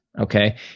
okay